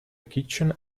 kitchen